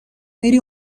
میری